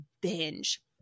binge